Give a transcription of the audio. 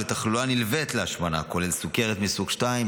ולתחלואה נלווית להשמנה כולל סוכרת מסוג 2,